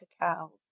cacao